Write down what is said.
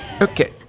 Okay